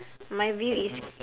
my view is